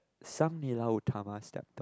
Sang-Nila-Utama stepped on